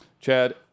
Chad